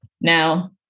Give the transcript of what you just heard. Now